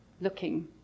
looking